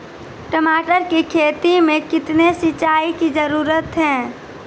टमाटर की खेती मे कितने सिंचाई की जरूरत हैं?